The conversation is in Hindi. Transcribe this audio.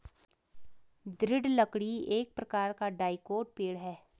दृढ़ लकड़ी एक प्रकार का डाइकोट पेड़ है